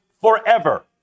forever